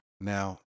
Now